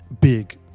big